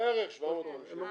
בערך 750,000 שקל.